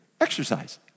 Exercise